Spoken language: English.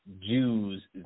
Jews